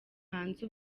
hanze